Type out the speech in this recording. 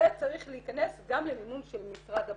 זה צריך להיכנס גם למימון של משרד הבריאות.